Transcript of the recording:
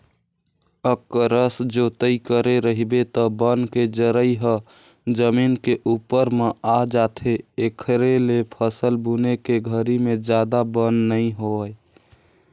अकरस जोतई करे रहिबे त बन के जरई ह जमीन के उप्पर म आ जाथे, एखरे ले फसल बुने के घरी में जादा बन नइ होय